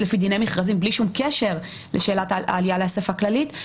לפי דיני מכרזים בלי שום קשר לשאלת העלייה לאסיפה כללית,